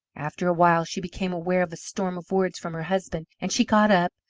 after a while she became aware of a storm of words from her husband, and she got up,